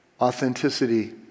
authenticity